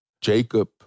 Jacob